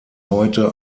heute